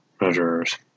measures